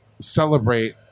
celebrate